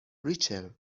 ریچل